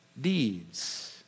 deeds